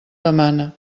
demana